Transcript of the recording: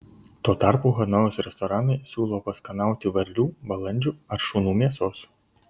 tuo tarpu hanojaus restoranai siūlo paskanauti varlių balandžių ar šunų mėsos